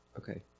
okay